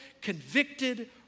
convicted